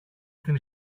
στην